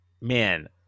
Man